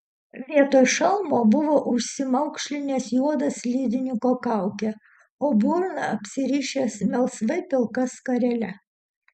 vietoj šalmo buvo užsimaukšlinęs juodą slidininko kaukę o burną apsirišęs melsvai pilka skarele